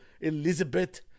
Elizabeth